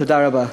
תודה רבה.